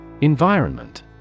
Environment